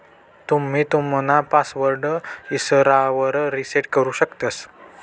तुम्ही तुमना पासवर्ड इसरावर रिसेट करु शकतंस